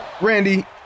Randy